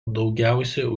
daugiausia